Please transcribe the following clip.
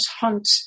hunt